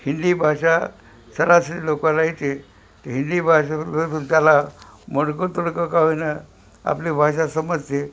हिंदी भाषा सरासरी लोकाला येते तर हिंदी त्याला मोडकं तोडकं का होईना आपली भाषा समजते